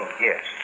Yes